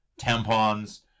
tampons